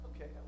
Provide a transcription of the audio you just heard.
Okay